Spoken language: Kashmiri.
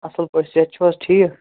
اَصٕل پٲٹھۍ صحت چھُو حظ ٹھیٖک